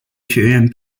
学院